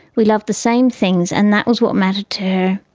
we loved the same things, and that was what mattered to her.